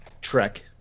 Trek